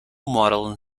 modeling